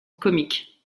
comique